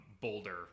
Boulder